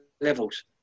levels